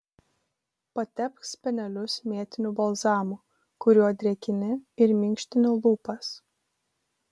patepk spenelius mėtiniu balzamu kuriuo drėkini ir minkštini lūpas